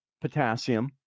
potassium